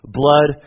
blood